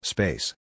Space